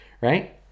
right